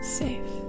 safe